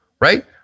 right